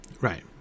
Right